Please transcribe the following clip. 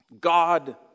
God